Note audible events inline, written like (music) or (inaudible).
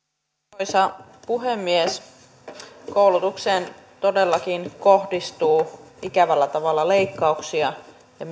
arvoisa puhemies koulutukseen todellakin kohdistuu ikävällä tavalla leikkauksia ja (unintelligible)